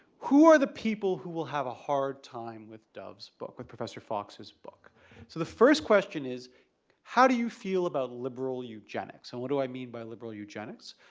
who are the people who will have a hard time with dov's book, with professor fox's book? so the first question is how do you feel about liberal eugenics? and what do i mean by liberal eugenics?